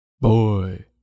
Boy